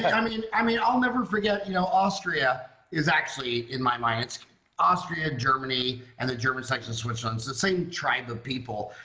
i mean i mean i'll never forget you know austria is actually in my mind it's austria, germany and the german section switzerland's the same tribe the people.